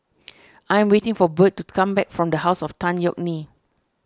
I am waiting for Burt to come back from the House of Tan Yeok Nee